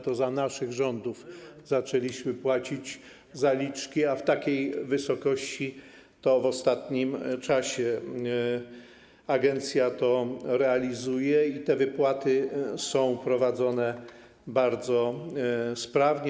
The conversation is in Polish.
To za naszych rządów zaczęliśmy płacić zaliczki, a w takiej wysokości to w ostatnim czasie agencja to realizuje i te wypłaty są prowadzone bardzo sprawnie.